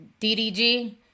DDG